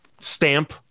stamp